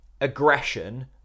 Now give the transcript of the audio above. aggression